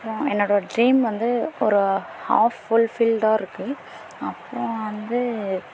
அப்புறம் என்னோட ஒரு ட்ரீம் வந்து ஒரு ஹாஃப் ஃபுல்ஃபில்டாக இருக்குது அப்புறோம் வந்து